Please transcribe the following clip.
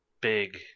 big